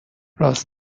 راس